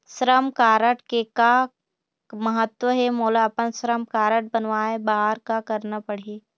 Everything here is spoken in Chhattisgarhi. श्रम कारड के का महत्व हे, मोला अपन श्रम कारड बनवाए बार का करना पढ़ही?